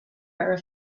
bearer